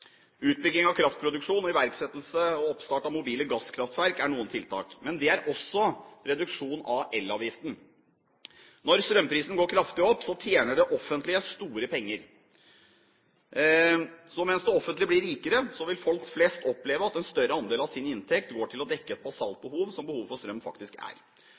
Utbygging av kraftproduksjon og iverksettelse og oppstart av mobile gasskraftverk er noen tiltak. Men det er også reduksjon av elavgiften. Når strømprisen går kraftig opp, tjener det offentlige store penger. Så mens det offentlige blir rikere, vil folk flest oppleve at en større andel av deres inntekt går til å dekke et basalbehov, som behovet for strøm faktisk er.